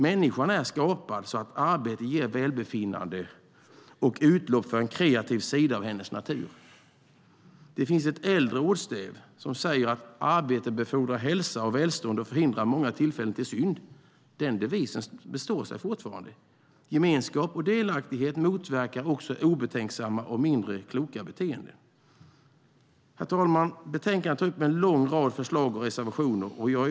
Människan är skapad så att arbete ger välbefinnande och utlopp för en kreativ sida av hennes natur. Det finns ett äldre ordstäv som säger: Arbete befordrar hälsa och välstånd och förhindrar många tillfällen till synd. Den devisen står sig fortfarande. Gemenskap och delaktighet motverkar också obetänksamma och mindre kloka beteenden. Herr talman! I betänkandet återfinns en lång rad förslag och reservationer.